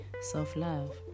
self-love